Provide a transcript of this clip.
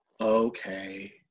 Okay